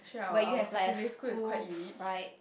but you have like a school pride